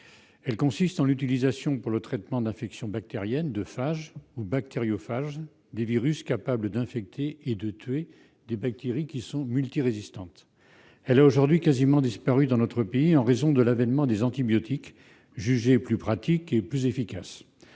Elle consiste en l'utilisation, pour le traitement d'infections bactériennes, de phages ou bactériophages, des virus capables d'infecter et de tuer les bactéries multirésistantes. Elle a aujourd'hui quasiment disparu en France en raison de l'avènement des antibiotiques, jugés plus pratiques et plus efficaces.